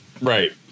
Right